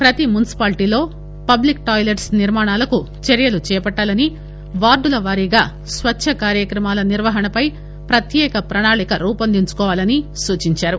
ప్రతి మున్సిపాలిటీలో public toilets నిర్మాణాలకు చర్యలు చేపట్టాలని వార్డుల వారీగా స్వచ్ఛ కార్యక్రమాల నిర్వహణ పై ప్రత్యేక ప్రణాళిక రూపొందించుకోవాలని సూచించారు